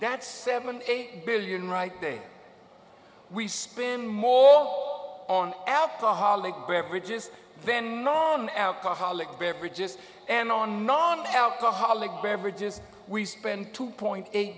that's seventy eight billion right days we spend more all on alcoholic beverages then non alcoholic beverages and on non alcoholic beverages we spend two point eight